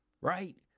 right